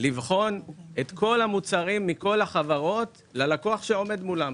לבחון את כל המוצרים מכל החברות ללקוח שעומד מולם.